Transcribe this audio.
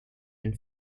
and